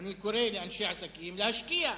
ואני קורא לאנשי עסקים להשקיע,